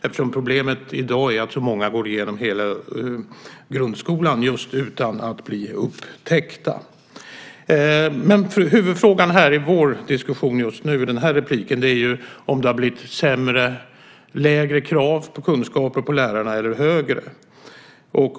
Jag tror att problemet i dag är att så många går igenom hela grundskolan utan att just bli upptäckta. Huvudfrågan i vår diskussion just nu i den här replikomgången är om det har blivit lägre krav på kunskaper hos lärarna eller högre.